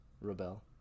rebel